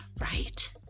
right